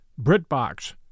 BritBox